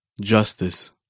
Justice